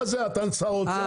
אתה שר האוצר?